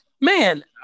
man